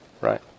Right